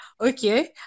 Okay